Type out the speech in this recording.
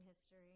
history